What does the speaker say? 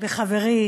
חברי